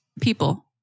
People